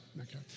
okay